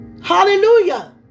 Hallelujah